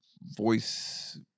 voice